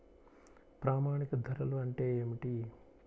ప్రామాణిక ధరలు అంటే ఏమిటీ?